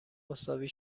مساوی